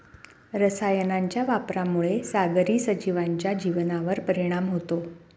रसायनांच्या वापरामुळे सागरी सजीवांच्या जीवनावर परिणाम होतो